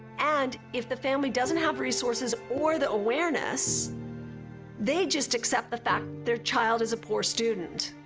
and if the family doesn't have resources or the awareness they just accept the fact their child is a poor student.